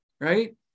right